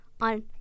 on